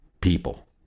people